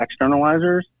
externalizers